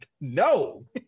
No